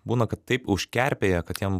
būna kad taip užkerpėja kad jiem